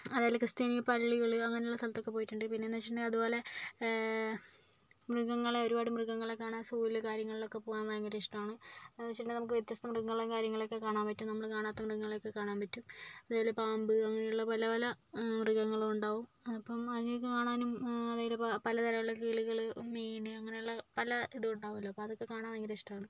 അതായത് ക്രിസ്ത്യാനി പള്ളികൾ അങ്ങനെയുള്ള സ്ഥലത്തൊക്കെ പോയിട്ടുണ്ട് പിന്നെയെന്ന് വെച്ചിട്ടുണ്ടെങ്കിൽ അതുപോലെ മൃഗങ്ങളെ ഒരുപാട് മൃഗങ്ങളെ കാണാൻ സൂവിൽ കാര്യങ്ങളിലൊക്കെ പോകാൻ ഭയങ്കര ഇഷ്ടമാണ് എന്താണെന്ന് വെച്ചിട്ടുണ്ടെങ്കിൽ നമുക്ക് വ്യത്യസ്ത മൃഗങ്ങളെ കാര്യങ്ങളൊക്കെ കാണാൻ പറ്റും നമ്മൾ കാണാത്ത മൃഗങ്ങളെയൊക്കെ കാണാൻ പറ്റും അതേപോലെ പാമ്പ് അങ്ങനെയുള്ള പല പല മൃഗങ്ങളും ഉണ്ടാകും അപ്പം അതിനെയൊക്കെ കാണാനും അതായത് പല തരമുള്ള കിളികൾ മീൻ അങ്ങനെയുള്ള പല ഇത് ഉണ്ടാകുമല്ലോ അപ്പം അതൊക്കെ കാണാൻ ഭയങ്കര ഇഷ്ടമാണ്